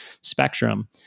spectrum